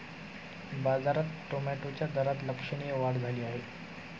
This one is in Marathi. बाजारात टोमॅटोच्या दरात लक्षणीय वाढ झाली आहे